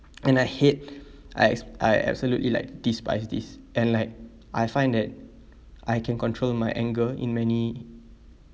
and I hate I abs~ I absolutely like despise this and like I find that I can control my anger in many